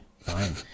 fine